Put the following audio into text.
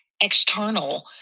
external